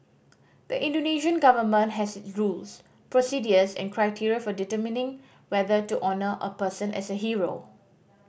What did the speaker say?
the Indonesian government has its rules procedures and criteria for determining whether to honour a person as a hero